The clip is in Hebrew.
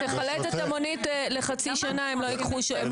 תחלט את המונית לחצי שנה הם לא ייקחו שב"חים.